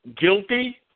guilty